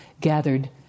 gathered